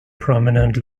prominent